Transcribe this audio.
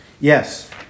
Yes